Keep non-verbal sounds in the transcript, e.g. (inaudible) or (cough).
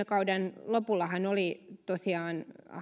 (unintelligible) kauden lopullahan oli tosiaan